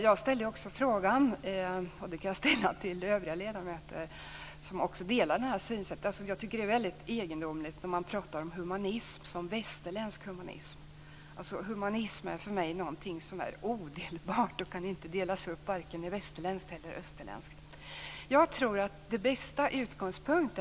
Jag ställde en fråga, och den kan jag ställa också till övriga ledamöter som delar Beatrice Asks synsätt, om något som jag tycker är väldigt egendomligt. Man talar om humanism som västerländsk humanism. Humanism är för mig något som är odelbart och kan inte delas upp i västerländskt eller österländskt.